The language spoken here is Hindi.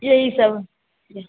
यही सब यही